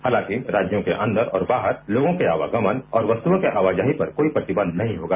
हालांकि राज्यों के अंदर और बाहर लोगों के आवागमन और वस्तुओं की आवाजाही पर कोई प्रतिबंध नहीं होगा